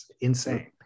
insane